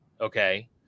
okay